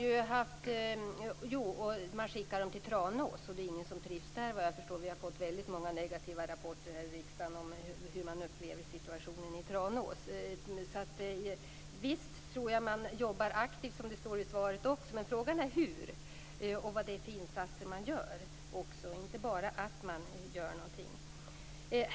Folk skickas till Tranås men såvitt jag förstår är det ingen som trivs där. Vi har nämligen fått många negativa rapporter här i riksdagen om hur man upplever situationen i Tranås. Visst tror jag att man jobbar aktivt, som det står i svaret, men frågan är hur man jobbar och vilka insatser som görs. Det gäller alltså inte bara att man gör någonting.